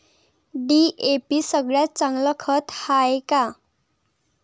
DAP सगळ्यात चांगलं खत हाये का?